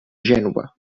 gènova